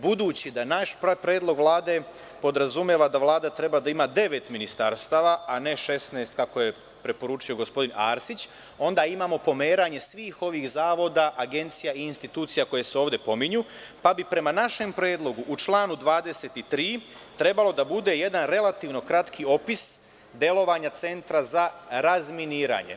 Budući da naš predlog Vlade podrazumeva da Vlada treba da ima devet ministarstava, a ne 16, kako je preporučio gospodin Arsić, onda imamo pomeranje svih ovih zavoda, agencija i institucija koje se ovde pominju, pa bi prema našem predlogu, u članu 23, trebalo da bude jedan relativno kratki opis delovanja Centra za razminiranje.